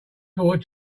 forward